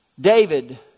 David